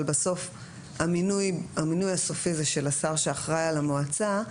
אבל בסוף המינוי הסופי זה של השר שאחראי על המועצה.